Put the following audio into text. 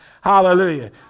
Hallelujah